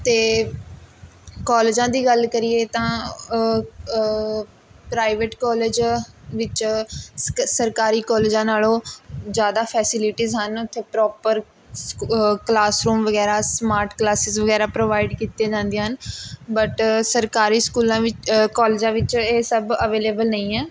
ਅਤੇ ਕੋਲਜਾਂ ਦੀ ਗੱਲ ਕਰੀਏ ਤਾਂ ਪ੍ਰਾਈਵੇਟ ਕੋਲਜ ਵਿੱਚ ਸਕ ਸਰਕਾਰੀ ਕੋਲਜਾਂ ਨਾਲ਼ੋਂ ਜ਼ਿਆਦਾ ਫੈਸੀਲਿਟੀਜ਼ ਹਨ ਉੱਥੇ ਪ੍ਰੋਪਰ ਸ ਕਲਾਸਰੂਮ ਵਗੈਰਾ ਸਮਾਟ ਕਲਾਸਿਸ ਵਗੈਰਾ ਪ੍ਰੋਵਾਇਡ ਕੀਤੀਆਂ ਜਾਂਦੀਆਂ ਹਨ ਬਟ ਸਰਕਾਰੀ ਸਕੂਲਾਂ ਵਿ ਕੋਲਜਾਂ ਵਿੱਚ ਇਹ ਸਭ ਅਵੇਲੇਵਲ ਨਹੀ ਹੈ